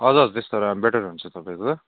हजुर हजुर त्यस्तोहरू बेटर हुन्छ तपाईँको